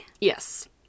Yes